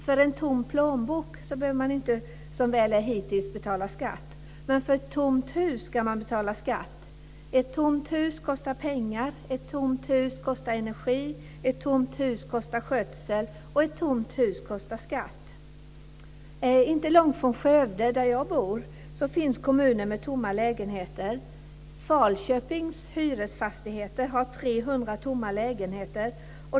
För en tom plånbok behöver man, som väl är, hittills inte betala skatt. Men för ett tomt hus ska man betala skatt. Ett tomt hus kostar pengar. Ett tomt hus kostar energi. Ett tomt hus kostar skötsel, och ett tomt hus kostar skatt. Inte långt från Skövde, där jag bor, finns kommuner med tomma lägenheter. Falköpings hyresfastigheter har 300 tomma lägenheter.